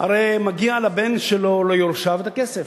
מגיע לבן שלו או ליורשיו הכסף.